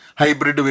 hybrid